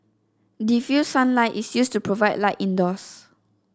diffused sunlight is used to provide light indoors